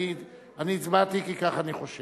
אני הצבעתי כי כך אני חושב.